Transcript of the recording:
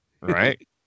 Right